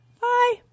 Bye